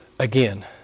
Again